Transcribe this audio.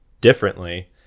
differently